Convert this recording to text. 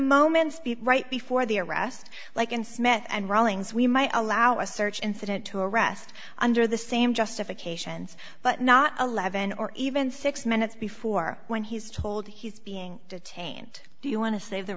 moments right before the arrest like in smith and rawlings we might allow a search incident to arrest under the same justifications but not eleven or even six minutes before when he's told he's being detained do you want to save the